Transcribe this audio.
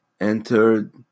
entered